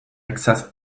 access